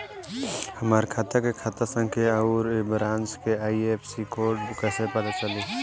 हमार खाता के खाता संख्या आउर ए ब्रांच के आई.एफ.एस.सी कोड कैसे पता चली?